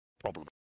problem